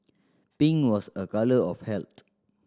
pink was a colour of health